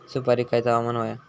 सुपरिक खयचा हवामान होया?